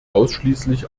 ausschließlich